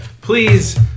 please